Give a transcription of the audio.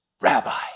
Rabbi